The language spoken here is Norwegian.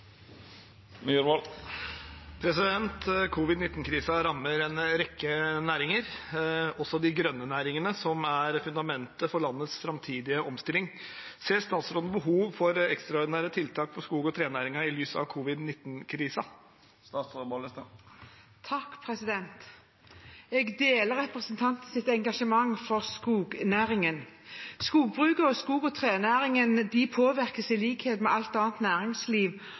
fundamentet for landets fremtidige omstilling. Ser statsråden behov for ekstraordinære tiltak for skog- og trenæringa i lys av covid-19-krisa?» Jeg deler representantens engasjement for skognæringen. Skogbruket og skog- og trenæringen påvirkes i likhet med alt annet næringsliv